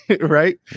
Right